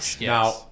now